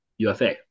UFA